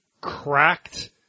cracked